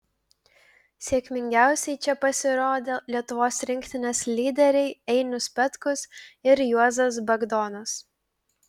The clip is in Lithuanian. sėkmingiausiai čia pasirodė lietuvos rinktinės lyderiai einius petkus ir juozas bagdonas